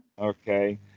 Okay